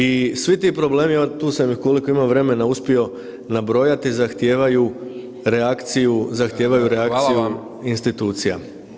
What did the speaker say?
I svi ti problemi, tu sam, koliko imam vremena uspio nabrojati, zahtijevaju reakciju, zahtijevaju reakciju [[Upadica: Hvala vam.]] institucija.